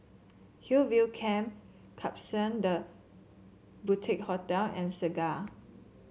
Hillview Camp Klapsons The Boutique Hotel and Segar